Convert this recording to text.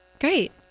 Great